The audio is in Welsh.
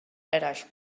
eraill